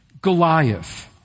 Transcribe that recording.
Goliath